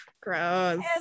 gross